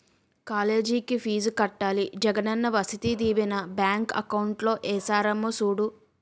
కాలేజికి ఫీజు కట్టాలి Jagananna Vasathi Deevena bank account లో ఏసారేమో సూడు